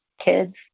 kids